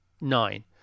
nine